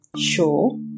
show